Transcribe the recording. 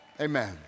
Amen